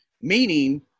Meaning